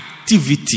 activity